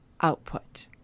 output